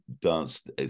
danced